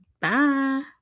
Bye